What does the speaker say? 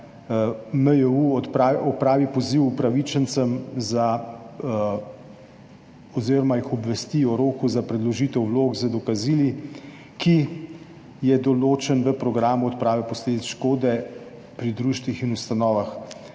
MJU opravi poziv upravičencem oziroma jih obvesti o roku za predložitev vlog z dokazili, ki je določen v programu odprave posledic škode pri društvih in ustanovah.